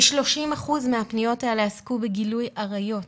כ-30% מהפניות האלה עסקו בגילוי עריות.